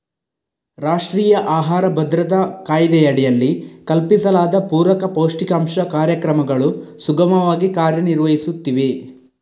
ರಾಷ್ಟ್ರೀಯ ಆಹಾರ ಭದ್ರತಾ ಕಾಯ್ದೆಯಡಿಯಲ್ಲಿ ಕಲ್ಪಿಸಲಾದ ಪೂರಕ ಪೌಷ್ಟಿಕಾಂಶ ಕಾರ್ಯಕ್ರಮಗಳು ಸುಗಮವಾಗಿ ಕಾರ್ಯ ನಿರ್ವಹಿಸುತ್ತಿವೆ